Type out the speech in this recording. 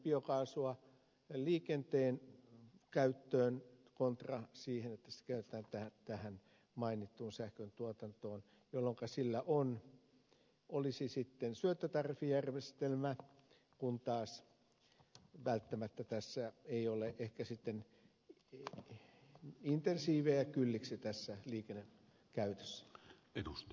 biokaasua liikenteen käyttöön contra se että sitä käytetään tähän mainittuun sähköntuotantoon jolloinka sillä olisi sitten syöttötariffijärjestelmä kun taas välttämättä ei ole ehkä sitten insentiivejä kylliksi tässä liikennekäytössä